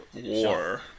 war